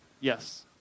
Yes